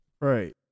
Right